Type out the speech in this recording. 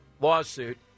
lawsuit